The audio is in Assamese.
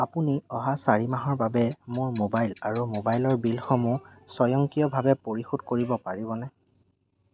আপুনি অহা চাৰি মাহৰ বাবে মোৰ ম'বাইল আৰু ম'বাইলৰ বিলসমূহ স্বয়ংক্ৰিয়ভাৱে পৰিশোধ কৰিব পাৰিবনে